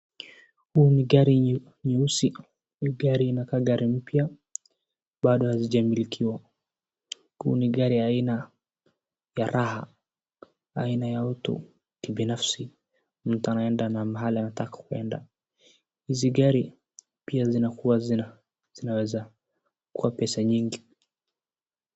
Hii ni gari nyeusi, hii gari inakaa gari mpya, bado hazijamilikiwa. Huu ni gari ya aina ya raha, aina ya mtu kibinafsi ,mtu anaenda mahali anataka kuenda. Hizi gari pia zinakuwa zinaweza kuwa pesa nyingi.